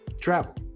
travel